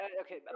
okay